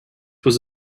was